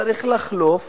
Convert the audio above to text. צריך לחלוף